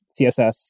CSS